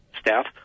staff